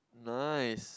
nice